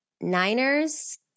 Niners